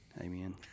Amen